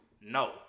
no